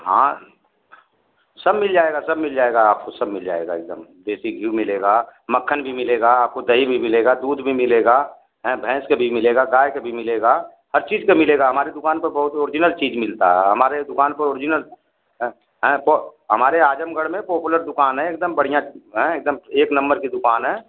हाँ सब मिल जाएगा सब मिल जाएगा आपको सब मिल जाएगा एकदम देसी घीऊ मिलेगा मक्खन भी मिलेगा आपको दही भी मिलेगा दूध भी मिलेगा हाँ भैंस का भी मिलेगा गाय कभी मिलेगा हर चीज का मिलेगा हमारी दुकान पर बहुत ओरिजिनल चीज़ मिलता है हमारे दुकान पर ओरिजिनल हाँ हाँ हमारे आजमगढ़ में पॉपुलर दुकान है एक दम बढ़िया हाँ एक दम एक नंबर की दुकान है